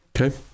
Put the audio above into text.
Okay